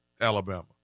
Alabama